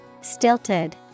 Stilted